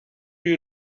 you